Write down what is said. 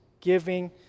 Giving